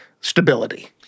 stability